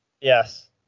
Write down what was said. Yes